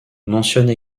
mentionne